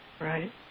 right